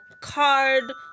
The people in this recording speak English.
card